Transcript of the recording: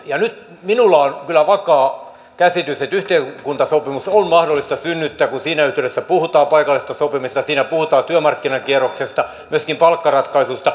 ja nyt minulla on kyllä vakaa käsitys että yhteiskuntasopimus on mahdollista synnyttää kun siinä yhteydessä puhutaan paikallisesta sopimisesta siinä puhutaan työmarkkinakierroksesta myöskin palkkaratkaisusta